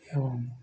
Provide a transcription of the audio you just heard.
ଏବଂ